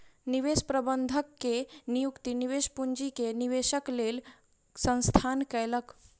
निवेश प्रबंधक के नियुक्ति निवेश पूंजी के निवेशक लेल संस्थान कयलक